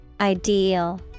Ideal